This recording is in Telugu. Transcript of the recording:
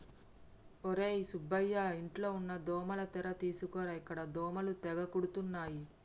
ఒర్రే సుబ్బయ్య ఇంట్లో ఉన్న దోమల తెర తీసుకురా ఇక్కడ దోమలు తెగ కుడుతున్నాయి